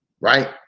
right